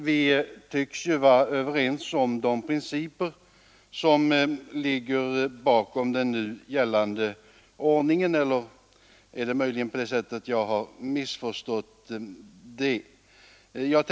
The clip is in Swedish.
Vi tycks ju vara överens om de principer som ligger bakom den nu gällande ordningen. Eller har jag möjligen missförstått det?